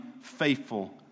faithful